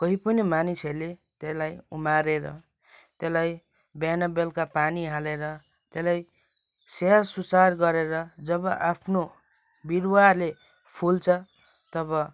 कोही पनि मानिसहरूले त्यसलाई उमारेर त्यसलाई बिहान बेलुका पानी हालेर त्यसलाई स्याहार सुसार गरेर जब आफ्नो बिरुवाले फुल्छ तब